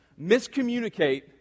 miscommunicate